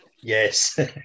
Yes